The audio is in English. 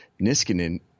Niskanen